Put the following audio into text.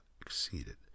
exceeded